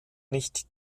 nicht